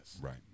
Right